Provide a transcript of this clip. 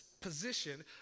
position